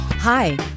Hi